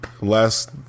last